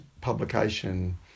publication